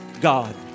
God